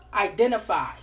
identify